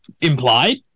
implied